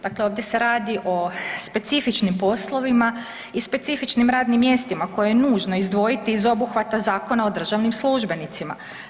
Dakle, ovdje se radi o specifičnim poslovima i specifičnim radnim mjestima koje je nužno izdvojiti iz obuhvata Zakona o državnim službenicima.